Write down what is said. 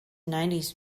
nineties